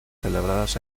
celebradas